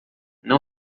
não